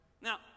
Now